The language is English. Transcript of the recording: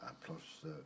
plus